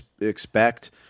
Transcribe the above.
expect